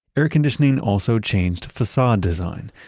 air conditioning also changed facade design.